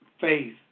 Faith